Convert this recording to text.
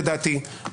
לדעתי,